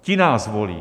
Ti nás volí.